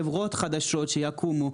חברות חדשות שיקומו,